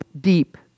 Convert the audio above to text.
deep